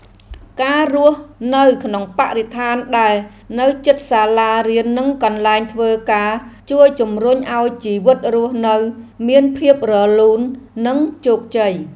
ការរស់នៅក្នុងបរិស្ថានដែលនៅជិតសាលារៀននិងកន្លែងធ្វើការជួយជម្រុញឱ្យជីវិតរស់នៅមានភាពរលូននិងជោគជ័យ។